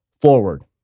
forward